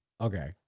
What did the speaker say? Okay